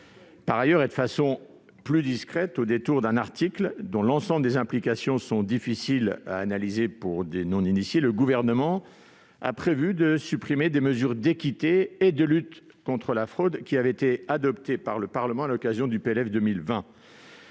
Par ailleurs et de façon plus discrète, au détour d'un article dont l'ensemble des implications sont difficiles à analyser par des non-initiés, le Gouvernement a prévu de supprimer des mesures d'équité et de lutte contre la fraude qui avaient été adoptées par le Parlement à l'occasion du projet